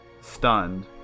stunned